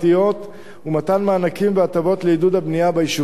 ומתן מענקים והטבות לעידוד הבנייה ביישובים.